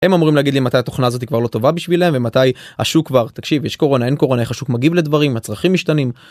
הם אמורים להגיד לי מתי התוכנה הזאת כבר לא טובה בשבילהם, ומתי השוק כבר, תקשיב יש קורונה אין קורונה, איך השוק מגיב לדברים, הצרכים משתנים.